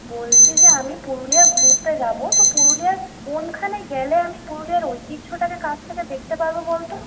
বলছি যে আমি পুরুলিয়া ঘুরতে যাব তো পুরুলিয়ার কোনখানে গেলে আমি পুরুলিয়ার ঐতিহ্যটাকে কাছ থেকে দেখতে পারব বল তো